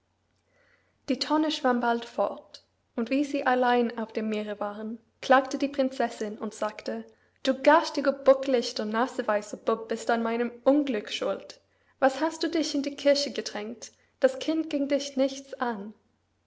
die tonne schwamm bald fort und wie sie allein auf dem meere waren klagte die prinzessin und sagte du garstiger buckelichter naseweiser bub bist an meinem unglück schuld was hast du dich in die kirche gedrängt das kind ging dich nichts an